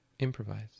improvise